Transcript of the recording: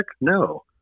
No